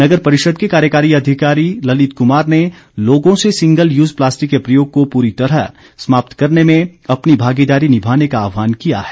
नगर परिषद के कार्यकारी अधिकारी ललित कुमार ने लोगों से सिंगल यूज प्लास्टिक के प्रयोग को पूरी तरह समाप्त करने में अपनी भागीदारी निभाने का आहवान किया है